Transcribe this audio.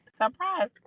surprise